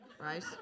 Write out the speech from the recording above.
right